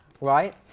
right